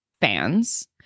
fans